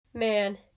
Man